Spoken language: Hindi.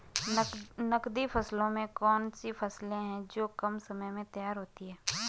नकदी फसलों में कौन सी फसलें है जो कम समय में तैयार होती हैं?